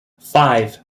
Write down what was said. five